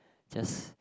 just